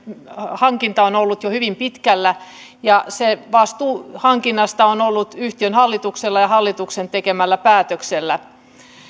hankinta on ollut jo hyvin pitkällä ja se vastuu hankinnasta on ollut yhtiön hallituksella ja hallituksen tekemällä päätöksellä